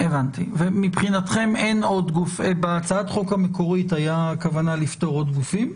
בהצעת החוק המקורית הייתה כוונה לפטור עוד גופים?